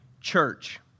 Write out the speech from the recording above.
church